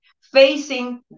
facing